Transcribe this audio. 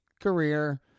career